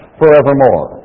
forevermore